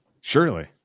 surely